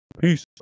Peace